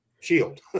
shield